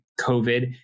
COVID